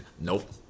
nope